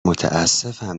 متاسفم